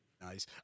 nice